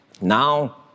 Now